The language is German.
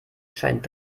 scheint